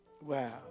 Wow